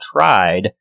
tried